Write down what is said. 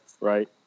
right